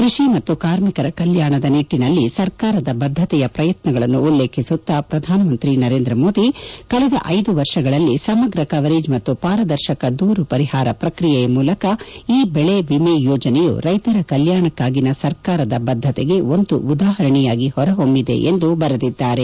ಕೃಷಿ ಮತ್ತು ಕಾರ್ಮಿಕರ ಕಲ್ಯಾಣದ ನಿಟ್ಟಿನಲ್ಲಿ ಸರ್ಕಾರದ ಬದ್ದತೆಯ ಪ್ರಯತ್ನಗಳನ್ನು ಉಲ್ಲೇಖಿಸುತ್ತಾ ಪ್ರಧಾನಮಂತ್ರಿ ನರೇಂದ್ರ ಮೋದಿ ಕಳೆದ ಐದು ವರ್ಷಗಳಲ್ಲಿ ಸಮಗ್ರ ಕವರೇಜ್ ಮತ್ತು ಪಾರದರ್ಶಕ ದೂರು ಪರಿಹಾರ ಪ್ರಕ್ರಿಯೆಯ ಮೂಲಕ ಈ ಬೆಳೆ ವಿಮೆ ಯೋಜನೆಯು ರೈತರ ಕೆಲ್ಯಾಣಕ್ಕಾಗಿನ ಸರ್ಕಾರದ ಬದ್ಗತೆಗೆ ಒಂದು ಉದಾಹರಣೆಯಾಗಿ ಹೊರ ಹೊಮ್ಮಿದೆ ಎಂದು ಬರೆದಿದ್ದಾರೆ